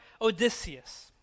Odysseus